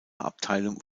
abteilung